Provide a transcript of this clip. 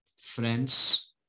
friends